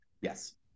yes